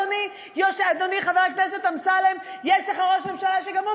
אדוני חבר הכנסת אמסלם: יש לך ראש ממשלה שגם הוא,